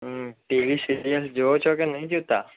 હં TV serial જુઓ છો કે નથી જોતા